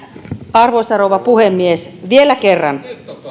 arvoisa rouva puhemies vielä kerran